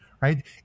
right